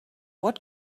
what